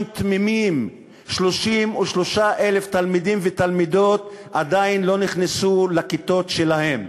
תמימים 33,000 תלמידים ותלמידות עדיין לא נכנסו לכיתות שלהם,